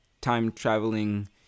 time-traveling